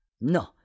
No